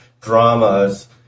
dramas